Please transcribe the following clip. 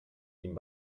ihm